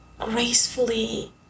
gracefully